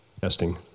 Testing